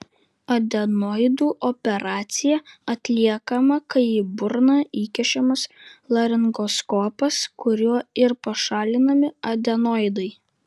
adenoidų operacija atliekama kai į burną įkišamas laringoskopas kuriuo ir pašalinami adenoidai